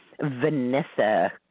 Vanessa